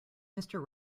mister